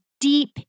deep